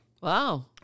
Wow